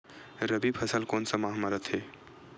रबी फसल कोन सा माह म रथे?